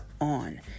on